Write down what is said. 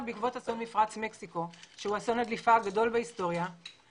בעקבות אסון הדליפה הגדול בהיסטוריה במפרץ מקסיקו,